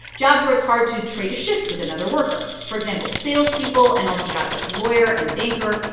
jobs where it's hard to trade a shift with another worker. for example, salespeople and also jobs like lawyer and banker,